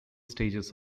stages